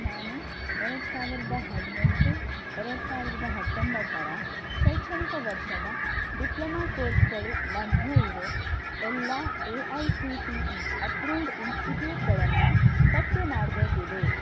ನಾನು ಎರ್ಡು ಸಾವಿರದ ಹದಿನೆಂಟು ಎರ್ಡು ಸಾವಿರದ ಹತ್ತೊಂಬತ್ತರ ಶೈಕ್ಷಣಿಕ ವರ್ಷದ ಡಿಪ್ಲೊಮಾ ಕೋರ್ಸ್ಗಳು ಲಭ್ಯ ಇರೋ ಎಲ್ಲ A I C T E approved ಇನ್ಸ್ಟಿಟ್ಯೂಟ್ಗಳನ್ನು ಪತ್ತೆ ಮಾಡಬೇಕಿದೆ